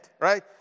right